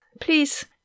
Please